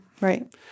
Right